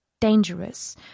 dangerous